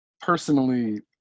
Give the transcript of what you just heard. personally